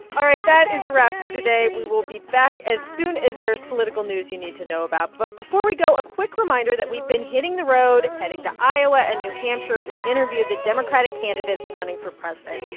all right, that is a wrap for today. we will be back as soon as there's political news you need to know about. but before we go, a quick reminder that we've been hitting the road, heading to iowa and new hampshire to interview the democratic candidates running for president.